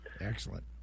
Excellent